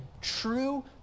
true